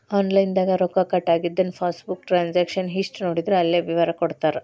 online ದಾಗ ರೊಕ್ಕ cut ಆಗಿದನ್ನ ಪಾಸ್ಬುಕ್ ಟ್ರಾನ್ಸಕಶನ್ ಹಿಸ್ಟಿ ನೋಡಿದ್ರ ಅಲ್ಲೆ ವಿವರ ಕೊಟ್ಟಿರ್ತಾರ